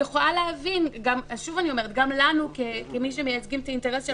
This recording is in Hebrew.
גם לנו כמי שמיצגים את האינטרס של